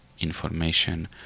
information